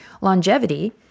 longevity